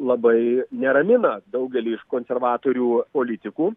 labai neramina daugelį iš konservatorių politikų